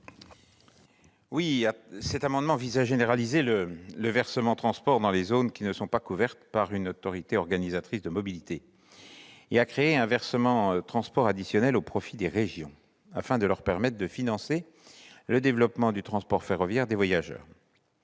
? Cet amendement vise à généraliser le versement transport dans les zones qui ne sont pas couvertes par une autorité organisatrice de mobilité et à créer un versement transport additionnel au profit des régions, afin de leur permettre de financer le développement du transport ferroviaire de voyageurs.